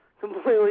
completely